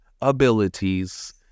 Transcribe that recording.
abilities